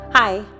Hi